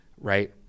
right